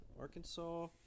Arkansas